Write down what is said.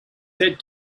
said